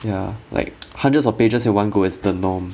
ya like hundreds of pages in one go is the norm